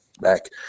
back